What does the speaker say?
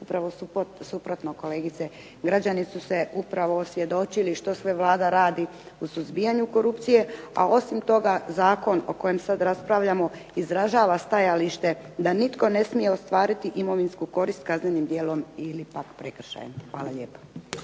Upravo suprotno kolegice. Građani su se upravo osvjedočili što sve Vlada radi u suzbijanju korupcije, a osim toga zakon o kojem sad raspravljamo izražava stajalište da nitko ne smije ostvariti imovinsku korist kaznenim djelom ili pak prekršajem. Hvala lijepa.